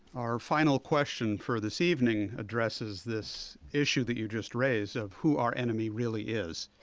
our final question for this evening, addresses this issue that you just raised, of who our enemy really is?